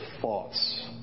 thoughts